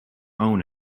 own